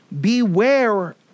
Beware